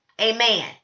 amen